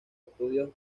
estudios